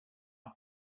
but